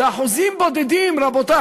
זה אחוזים בודדים, רבותי.